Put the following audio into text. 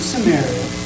Samaria